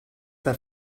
that